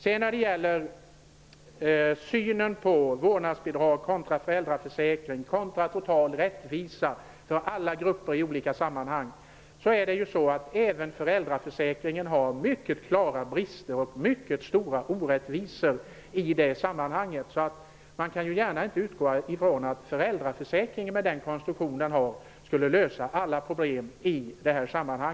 När det sedan gäller synen på vårdnadsbidrag kontra föräldraförsäkring och total rättvisa för alla grupper i olika sammanhang vill jag säga att även föräldraförsäkringen har mycket klara brister och rymmer mycket stora orättvisor. Man kan inte utgå från att föräldraförsäkringen med den konstruktion som den har skulle lösa alla problem på detta område.